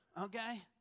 Okay